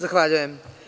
Zahvaljujem.